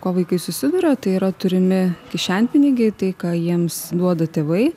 kuo vaikai susiduria tai yra turimi kišenpinigiai tai ką jiems duoda tėvai